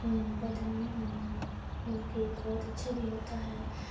بدن میں ان کے بہت اچھا بھی ہوتا ہے